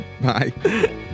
bye